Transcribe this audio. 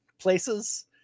places